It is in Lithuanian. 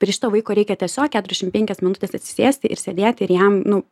prie šito vaiko reikia tiesiog keturiasdešim penkias minutes atsisėsti ir sėdėti ir jam nu